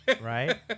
Right